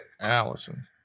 Allison